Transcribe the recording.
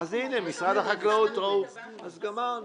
אז גמרנו.